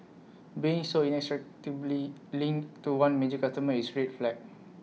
being so linked to one major customer is red flag